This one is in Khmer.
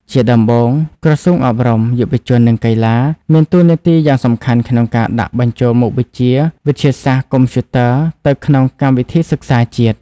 ជាដំបូង ក្រសួងអប់រំ យុវជន និងកីឡា មានតួនាទីយ៉ាងសំខាន់ក្នុងការដាក់បញ្ចូលមុខវិជ្ជាវិទ្យាសាស្ត្រកុំព្យូទ័រទៅក្នុងកម្មវិធីសិក្សាជាតិ។